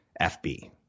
fb